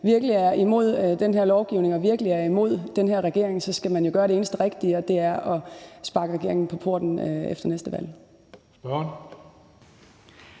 virkelig er imod den her lovgivning og virkelig er imod den her regering, så skal man jo gøre det eneste rigtige, og det er at smide regeringen på porten ved næste valg.